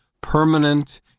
permanent